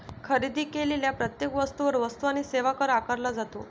खरेदी केलेल्या प्रत्येक वस्तूवर वस्तू आणि सेवा कर आकारला जातो